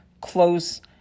close